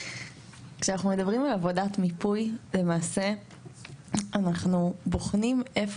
כשאנחנו מדברים על עבודת מיפוי למעשה אנחנו בוחנים איפה